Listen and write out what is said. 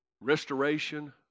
Restoration